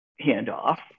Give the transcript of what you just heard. handoff